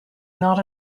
not